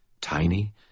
Tiny